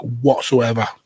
whatsoever